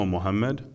Muhammad